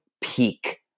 peak